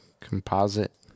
composite